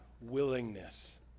willingness